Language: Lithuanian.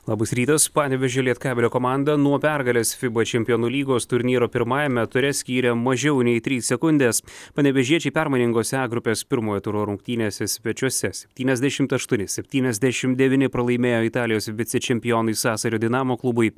labas rytas panevėžio lietkabelio komandą nuo pergalės fiba čempionų lygos turnyro pirmajame ture skyrė mažiau nei trys sekundės panevėžiečiai permainingose a grupės pirmojo turo rungtynėse svečiuose septyniasdešimt aštuoni septyniasdešimt devyni pralaimėjo italijos vicečempionui sasario dinamo klubui